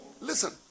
listen